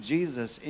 Jesus